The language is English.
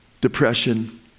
depression